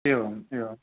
एवम् एवम्